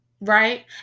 Right